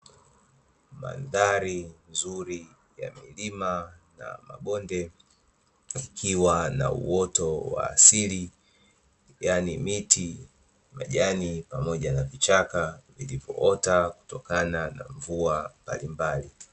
Mandhari nzuri ya milima na mabonde, ikiwa na uoto wa asili, yani miti majani pamoja vichaka, vilivyoota kutokana na mvua mbalimbali.